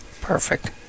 perfect